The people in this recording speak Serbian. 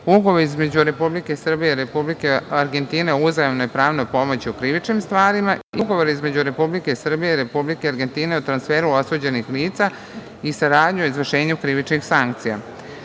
Ugovor između Republike Srbije i Republike Argentine o uzajamnoj pravnoj pomoći u krivičnim stvarima i Ugovor između Republike Srbije i Republike Argentine o transferu osuđenih lica i saradnji u izvršenju krivičnih